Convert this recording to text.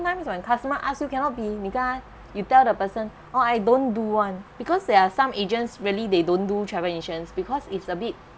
times when customer ask you cannot be you tell the person oh I don't do one because there are some agents really they don't do travel insurance because it's a bit